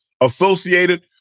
associated